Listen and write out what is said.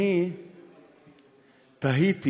תהיתי: